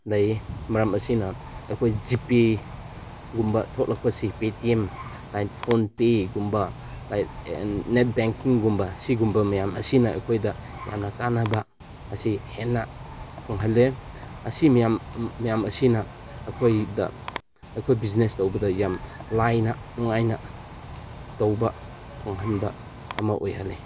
ꯂꯩꯌꯦ ꯃꯔꯝ ꯑꯁꯤꯅ ꯑꯩꯈꯣꯏ ꯖꯤ ꯄꯦꯒꯨꯝꯕ ꯊꯣꯂꯛꯄꯁꯤ ꯄꯦ ꯇꯤ ꯑꯦꯝ ꯂꯥꯏꯛ ꯐꯣꯟ ꯄꯦꯒꯨꯝꯕ ꯂꯥꯏꯛ ꯅꯦꯠ ꯕꯦꯡꯀꯤꯡꯒꯨꯝꯕ ꯁꯤꯒꯨꯝꯕ ꯃꯌꯥꯝ ꯑꯁꯤꯅ ꯑꯩꯈꯣꯏꯗ ꯌꯥꯝꯅ ꯀꯥꯟꯅꯕ ꯑꯁꯤ ꯍꯦꯟꯅ ꯐꯪꯍꯜꯂꯦ ꯑꯁꯤ ꯃꯌꯥꯝ ꯃꯌꯥꯝ ꯑꯁꯤꯅ ꯑꯩꯈꯣꯏꯗ ꯑꯩꯈꯣꯏ ꯕꯤꯖꯤꯅꯦꯁ ꯇꯧꯕꯗ ꯌꯥꯝ ꯂꯥꯏꯅ ꯅꯨꯡꯉꯥꯏꯅ ꯇꯧꯕ ꯐꯪꯍꯟꯕ ꯑꯃ ꯑꯣꯏꯍꯜꯂꯦ